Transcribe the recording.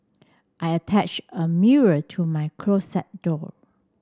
I attached a mirror to my closet door